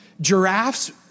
Giraffes